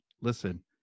listen